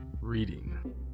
reading